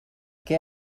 què